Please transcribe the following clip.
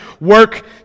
work